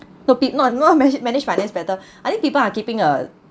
no peep~ not more mana~ manage finance better I think people are keeping uh